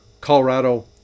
Colorado